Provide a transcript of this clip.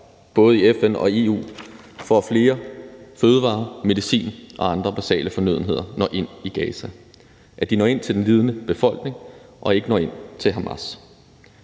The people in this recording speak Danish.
både i FN og EU, for, at flere fødevarer, mere medicin og andre basale fornødenheder når ind i Gaza, at de når ind til den lidende befolkning og ikke når ind til Hamas.